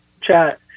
chat